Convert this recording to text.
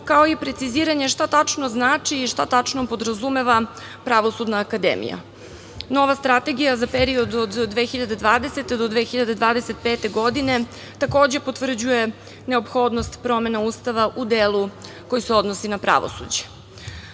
kao i preciziranje šta tačno znači i šta tačno podrazumeva Pravosudna akademija. Nova strategija za period od 2020. do 2025. godine takođe potvrđuje neophodnost promene Ustava u delu koji se odnosi na pravosuđe. Akcioni